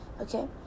okay